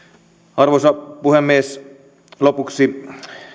arvoisa puhemies lopuksi